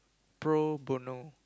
pro bono